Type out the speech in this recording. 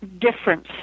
difference